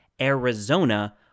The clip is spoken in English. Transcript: Arizona